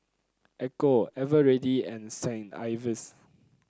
Ecco Eveready and Saint Ives